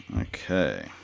Okay